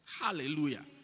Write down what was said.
Hallelujah